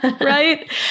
Right